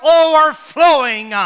overflowing